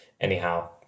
anyhow